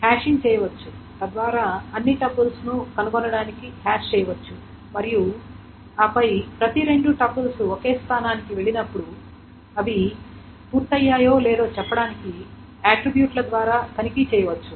hashing చేయవచ్చు తద్వారా అన్ని టపుల్స్ను కనుగొనడానికి హ్యాష్ చేయవచ్చు మరియు ఆపై రెండు టపుల్స్ ఒకే స్థానానికి వెళ్లినప్పుడు అవి పూర్తయ్యాయో లేదో చెప్పడానికి అట్ట్రిబ్యూట్ల ద్వారా తనిఖీ చేయవచ్చు